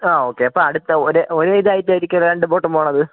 ആ ഓക്കേ അപ്പം അടുത്ത ഒരേ ഒരേ ഇതായിട്ടായിരിക്കുമോ രണ്ടു ബോട്ടും പോകുന്നത്